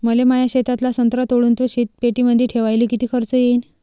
मले माया शेतातला संत्रा तोडून तो शीतपेटीमंदी ठेवायले किती खर्च येईन?